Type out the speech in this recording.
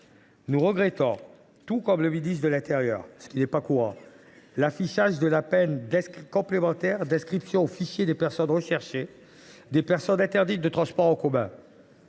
Nous regrettons, tout comme M. le ministre de l’intérieur – ce n’est pas courant !–, l’affichage de la peine complémentaire d’inscription au fichier des personnes recherchées des personnes interdites de transports en commun.